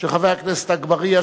של חבר הכנסת אגבאריה,